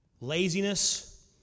laziness